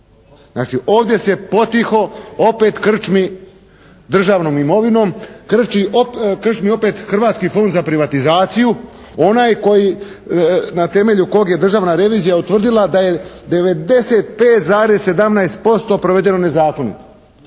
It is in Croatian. Znači, ovdje se potiho opet krčmi državnom imovinom, krčmi opet Hrvatski fond za privatizaciju onaj na temelju kojeg je državna revizija utvrdila da je 95,17% provedeno nezakonito.